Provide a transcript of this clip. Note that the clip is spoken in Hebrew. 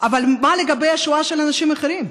אבל מה לגבי השואה של אנשים אחרים,